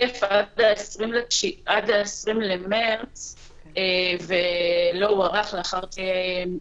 עד 20 במרץ ולא הוארך לאחר מכן,